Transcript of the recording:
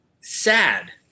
sad